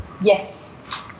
Yes